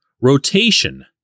rotation